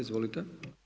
Izvolite.